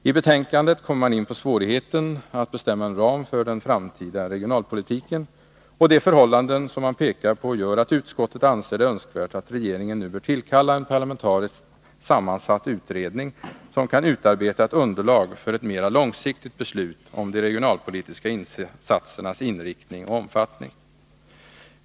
I betänkandet kommer man in på svårigheten att bestämma en ram för den framtida regionalpolitiken, och de förhållanden som man pekar på gör att utskottet anser det önskvärt att regeringen nu bör tillkalla en parlamentariskt sammansatt utredning som kan utarbeta ett underlag för ett mera långsiktigt beslut om de regionalpolitiska insatsernas inriktning och omfattning.